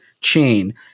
chain